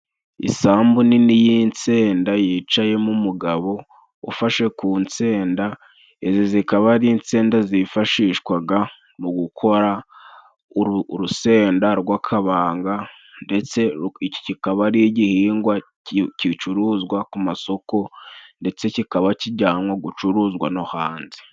Isambu nini y'insenda yicayemo umugabo ufashe ku nsenda. Izi zikaba ari nsenda zifashishwa mu gukora urusenda rw'Akabanga, ndetse kikaba ari igihingwa gicuruzwa ku masoko, ndetse kikaba kijyanwa gucuruzwa no hanze.